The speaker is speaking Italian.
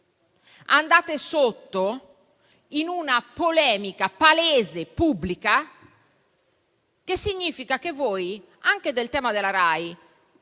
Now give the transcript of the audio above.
andate sotto in una polemica palese, pubblica, che significa che a voi, anche del tema della RAI